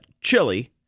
chili